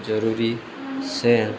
જરૂરી છે